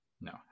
no